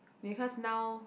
because now